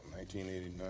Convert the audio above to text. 1989